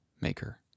maker